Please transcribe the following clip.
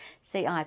CIP